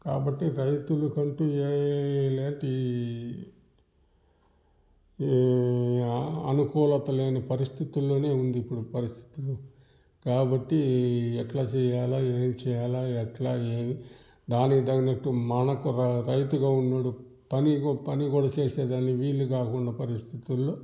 కాబట్టి రైతులకంటూ ఏ లె టీ అనుకూలత లేని పరిస్తుతుల్లో ఉంది ఇప్పుడు పరిస్థితులు కాబట్టి ఎట్లా చేయాలా ఏమి చేయాలా ఎట్లా ఏమి దానికి తగినట్టు మనకు రైతుగా ఉండడం పనిగా ఒక పని కూడా చేసే దానికి వీలుకాకుండా పరిస్థితుల్లో